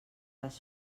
les